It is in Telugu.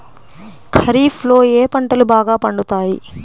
ఖరీఫ్లో ఏ పంటలు బాగా పండుతాయి?